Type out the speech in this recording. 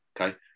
Okay